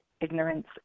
ignorance